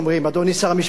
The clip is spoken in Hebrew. סהדי במרומים,